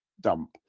dump